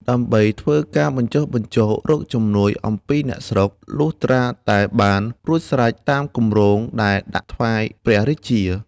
ដើម្បីធ្វើការបញ្ចុះបញ្ចូលរកជំនួយអំពីអ្នកស្រុក លុះត្រាតែបានរួចស្រេចតាមគម្រោងដែលដាក់ថ្វាយព្រះរាជា ។